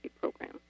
program